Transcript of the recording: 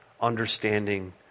understanding